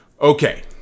Okay